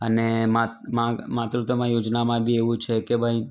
અને માત માતૃત્ત્વ મા યોજનામાં બી એવું છે કે ભાઈ